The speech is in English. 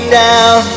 down